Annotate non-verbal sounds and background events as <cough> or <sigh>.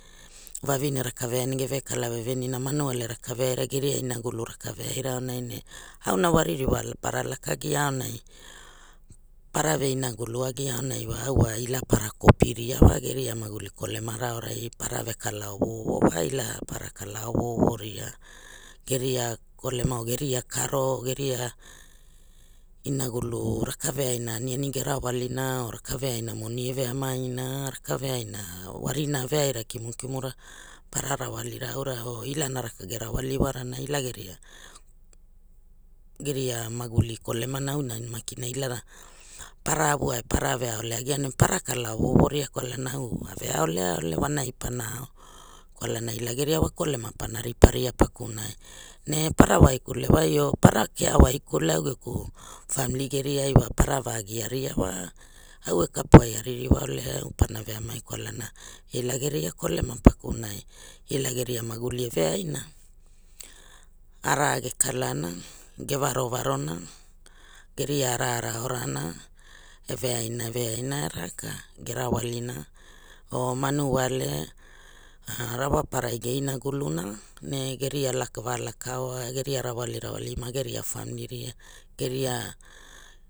Vavine rakaveaira geve kalavevenira manuole rakaveaira geria inagulu rakaveaira ne auna wa ririwa para lakagia aunai para ve inagulu agia auna wa au wa ila para <noise> copyria wa geria maguli kolemaraaurai para ve kala ovo <noise> ovo wai ila para kala ovo <noise> ovo ria, geria kolema or geria karo geria inagulu rakaveaina aniani ge rawalina or rakaveaina moni eh veamaina rakaveaina warina e veaina kimukimura para rawalira aura or ilana raka ge rawali warana ila geria geria maguli kolemana aona makina para avuae para veaolea agia ne para kala ova <noise> ovo ria kwalana au aveaolea ole wanai para ao kwalana ila geria wa kolema pana riparia <noise> pakunai ne para waikule wai or para kewaikule au geku famili geria wa paravagiaria wa au e <noise> kapuai aririwa ole au pana veamai kwalana ila geria kolema <noise> pakunai ila geria maguli e veaina. Araa ge kalana ge varovarona geria arana aorana e veaine e raka ge rawalina or manuole ah rawaparai ge inagulna ne geria valaka oa geria rawalirawali ma geria familiria geria